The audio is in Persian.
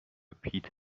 پیت